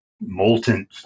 molten